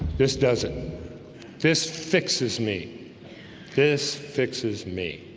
this doesn't this fixes me this fixes me